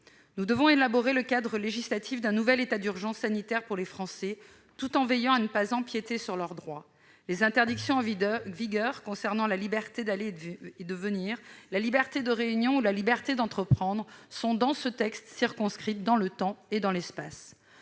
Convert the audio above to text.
Nous devons élaborer le cadre législatif d'un nouvel état d'urgence sanitaire pour les Français, tout en veillant à ne pas empiéter sur leurs droits. Les interdictions en vigueur concernant la liberté d'aller et de venir, la liberté de réunion ou la liberté d'entreprendre sont, dans ce texte, circonscrites dans le temps et dans l'espace.